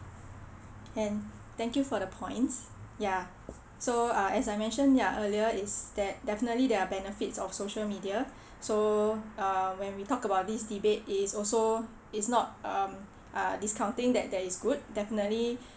can thank you for the points ya so uh as I mention ya earlier is that definitely there are benefits of social media so uh when we talk about this debate is also is not um uh discounting that there is good definitely